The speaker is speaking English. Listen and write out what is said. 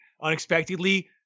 unexpectedly